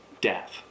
death